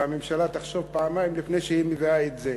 שהממשלה תחשוב פעמיים לפני שהיא מביאה את זה,